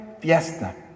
fiesta